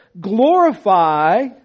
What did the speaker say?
Glorify